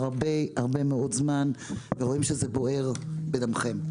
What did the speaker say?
הרבה מאוד זמן ורואים שזה בוער בדמכם.